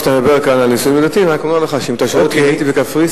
רק אם אתה שואל אותי אם הייתי בקפריסין,